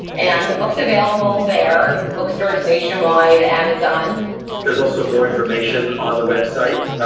and the book's available there, bookstores nationwide, amazon there's also more information on the website.